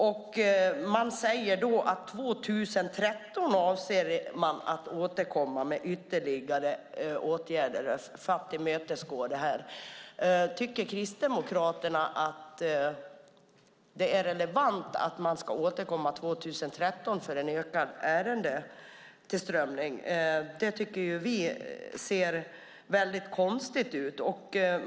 Regeringen säger att man avser att återkomma med ytterligare åtgärder 2013 för att tillmötesgå behovet. Tycker Kristdemokraterna att det är relevant att återkomma 2013 för den ökade ärendetillströmningen? Vi tycker att det är konstigt.